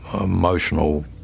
emotional